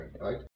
right